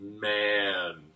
man